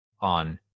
on